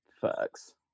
Facts